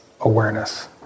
awareness